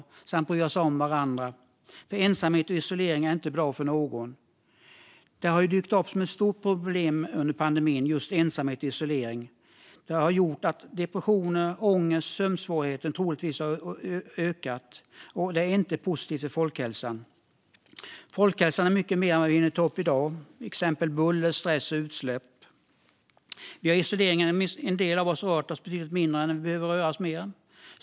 Vi måste också bry oss om varandra, för ensamhet och isolering är inte bra för någon. Det har dykt upp som ett stort problem under pandemin, och troligtvis har depressioner, ångest och sömnsvårigheter ökat. Det är inte positivt för folkhälsan. Folkhälsa är mycket mer än vad vi hinner ta upp i dag, till exempel buller, stress och utsläpp. Under pandemin rör sig en del av oss betydligt mindre än vi behöver.